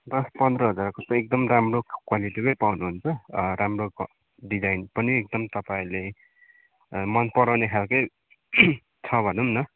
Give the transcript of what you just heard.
दश पन्ध्र हजारको त एकदम राम्रो क्वालिटीकै पाउनु हुन्छ राम्रो डिजाइन पनि एकदम तपाईँले मनपराउने खालकै छ भनौँ न